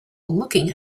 looking